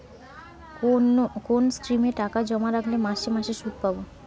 কোন স্কিমে টাকা জমা রাখলে মাসে মাসে সুদ পাব?